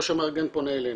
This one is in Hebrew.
או שהמארגן פונה אלינו.